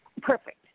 Perfect